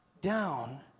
down